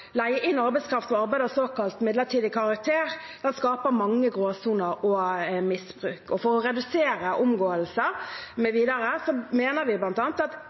leie inn arbeidskraft ved arbeid av såkalt midlertidig karakter skaper mange gråsoner og misbruk, og for å redusere omgåelser mv. mener vi